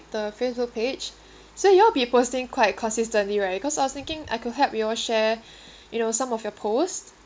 the Facebook page so you all will be posting quite consistently right cause I was thinking I could help you all share you know some of your post